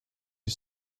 you